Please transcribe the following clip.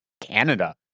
Canada